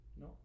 No